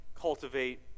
cultivate